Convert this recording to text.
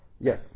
Yes